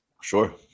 Sure